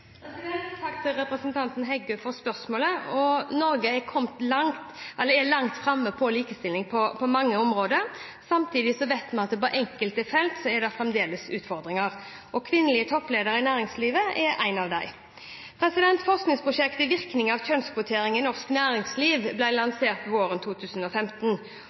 Takk til representanten Heggø for spørsmålet. Norge er langt fremme på likestilling på mange områder. Samtidig vet vi at det på enkelte felt fremdeles er utfordringer. Kvinnelige toppledere i næringslivet er en av dem. Forskningsprosjektet Virkninger av kjønnskvotering i norsk næringsliv ble lansert våren 2015.